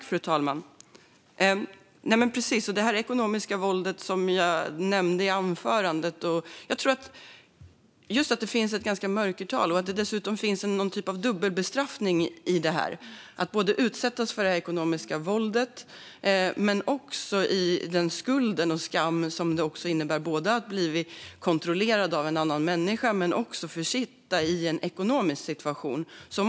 Fru talman! Precis, det är det ekonomiska våld som jag nämnde i anförandet. Jag tror att det finns ett mörkertal. Det finns också en typ av dubbelbestraffning i detta, att utsättas både för det ekonomiska våldet och för den skuld och skam det innebär att ha blivit kontrollerad av en annan människa och också att ha försatts i en svår ekonomisk situation.